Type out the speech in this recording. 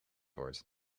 wordt